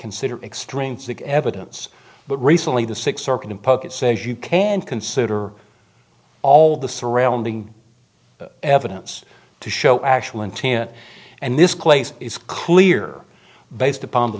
consider extrinsic evidence but recently the six circuit in polk it says you can consider all the surrounding evidence to show actual intent and this clase is clear based upon the